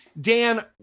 Dan